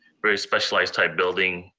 very specialized type building.